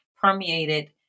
permeated